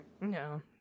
no